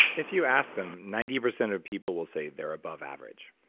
if you ask them, ninety percent of people will say they're above average